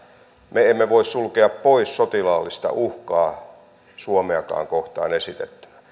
me emme voi sulkea pois sotilaallista uhkaa suomeakaan kohtaan esitettynä